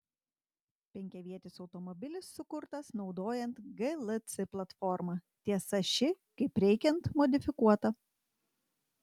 penkiavietis automobilis sukurtas naudojant glc platformą tiesa ši kaip reikiant modifikuota